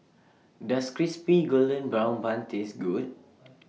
Does Crispy Golden Brown Bun Taste Good